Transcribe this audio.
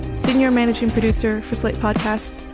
senior managing producer for slate podcast.